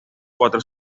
cuatro